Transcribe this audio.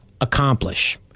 accomplish